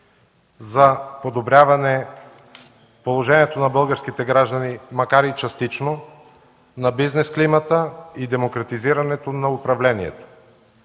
за подобряване положението на българските граждани, макар и частично, на бизнес климата и демократизирането на управлението.